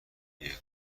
دیه